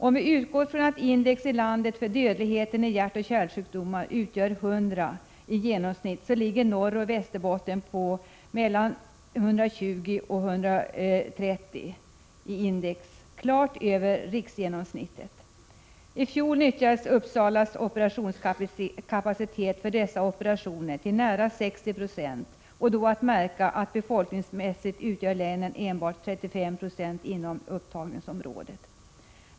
Om vi utgår från att index för dödligheten i hjärtoch kärlsjukdomar i landet är 100, ligger Norrbotten och Västerbotten på mellan 120 och 130, klart över riksgenomsnittet. I fjol nyttjades Uppsalas operationskapacitet för dessa operationer till nära 60 96, och då är att märka att länen befolkningsmässigt utgör endast 35 76 av upptagningsområdet.